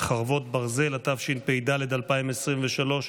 (חרבות ברזל), התשפ"ד 2023,